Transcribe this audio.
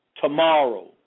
tomorrow